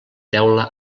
teula